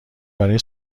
برای